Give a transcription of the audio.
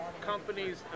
companies